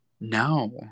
No